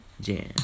jam